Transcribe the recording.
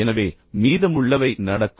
எனவே மீதமுள்ளவை நடக்கும்